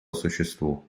существу